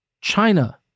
China